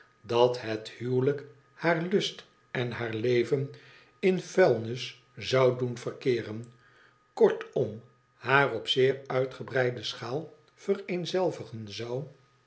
dat het huwelijk haar lust en haar leven in vuilnis zou doen verkeeren kortom haar op zeer uitgebreide schaal vereenzelvigen zou